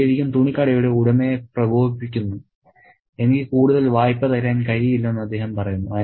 അത് ശരിക്കും തുണിക്കടയുടെ ഉടമയെ പ്രകോപിപ്പിക്കുന്നു എനിക്ക് കൂടുതൽ വായ്പ തരാൻ കഴിയില്ലെന്ന് അദ്ദേഹം പറയുന്നു